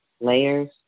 layers